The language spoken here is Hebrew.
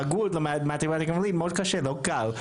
מאוד קשה, לא קל.